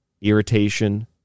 irritation